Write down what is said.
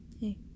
Hey